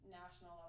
national